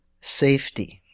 Safety